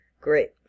Great